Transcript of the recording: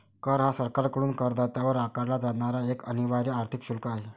कर हा सरकारकडून करदात्यावर आकारला जाणारा एक अनिवार्य आर्थिक शुल्क आहे